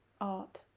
Art